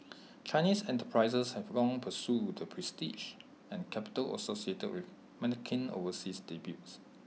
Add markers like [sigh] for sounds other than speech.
Chinese enterprises have long pursued the prestige and capital associated with [unintelligible] overseas debuts